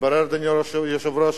אדוני היושב-ראש,